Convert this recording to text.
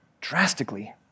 drastically